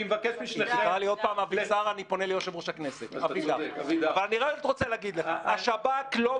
אני מבקש משניכם --- אני רק רוצה להגיד לך: השב"כ אינו